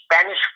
Spanish